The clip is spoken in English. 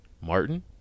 Martin